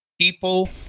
People